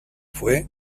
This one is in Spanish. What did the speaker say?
fue